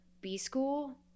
b-school